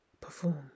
perform